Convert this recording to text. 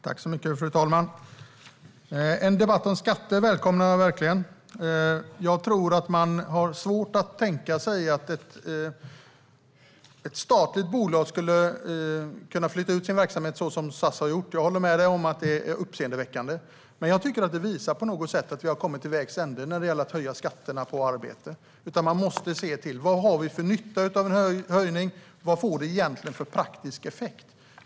Fru talman! En debatt om skatter välkomnar jag verkligen! Jag tror att man har svårt att tänka sig att ett statligt bolag skulle kunna flytta ut sin verksamhet så som SAS har gjort. Jag håller med Daniel Sestrajcic om att det är uppseendeväckande. Men jag tycker att det på något sätt visar att vi har kommit till vägs ände när det gäller att höja skatterna på arbete. Man måste se till vad nyttan är med en höjning och vad det får för praktisk effekt.